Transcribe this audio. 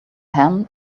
hand